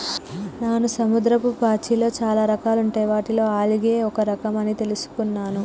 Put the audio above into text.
నాను సముద్రపు పాచిలో చాలా రకాలుంటాయి వాటిలో ఆల్గే ఒక రఖం అని తెలుసుకున్నాను